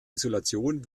isolation